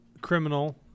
criminal